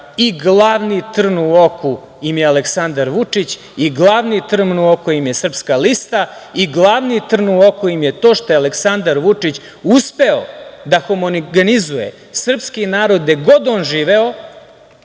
i glavni trn u oku im je Aleksandar Vučić i glavni trn u oku im je Srpska lista i glavni trn u oku im je to što je Aleksandar Vučić uspeo da homogenizuje srpski narod gde god oni živeo